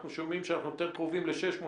אנחנו שומעים שאנחנו יותר קרובים ל-600,